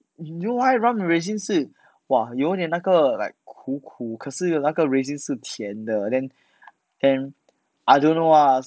you know why rum and rasins 是哇有点那个 like 苦苦可是那个 rasins 是甜的 then and I don't know ah